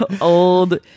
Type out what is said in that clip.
old